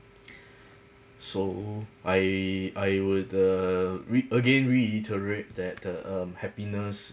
so I I would uh re~ again reiterate that the um happiness